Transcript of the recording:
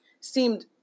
seemed